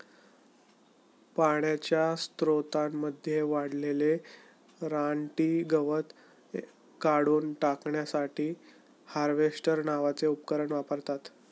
पाण्याच्या स्त्रोतांमध्ये वाढलेले रानटी गवत काढून टाकण्यासाठी हार्वेस्टर नावाचे उपकरण वापरतात